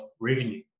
revenue